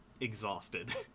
exhausted